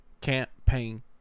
campaign